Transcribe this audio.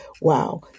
Wow